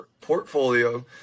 portfolio